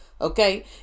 Okay